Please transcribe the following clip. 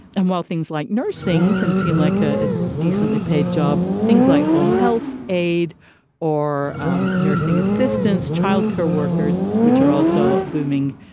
and while things like nursing can seem like a decently paid job, things like home health aide or um nursing assistance, child care workers, which are also booming,